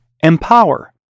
EMPOWER